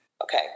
Okay